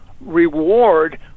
reward